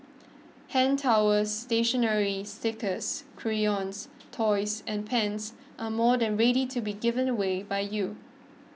hand towels stationery stickers crayons toys and pens are more than ready to be given away by you